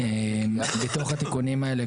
בתוך התיקונים האלה,